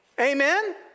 Amen